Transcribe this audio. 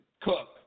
Cook